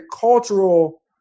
cultural